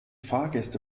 fahrgäste